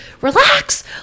relax